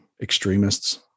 extremists